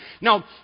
Now